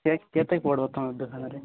cake କେତେ ପଡ଼ିବ ତୁମ ଦୋକାନରେ